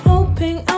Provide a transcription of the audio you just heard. Hoping